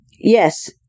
Yes